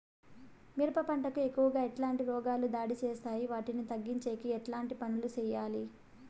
మిరప పంట కు ఎక్కువగా ఎట్లాంటి రోగాలు దాడి చేస్తాయి వాటిని తగ్గించేకి ఎట్లాంటి పనులు చెయ్యాలి?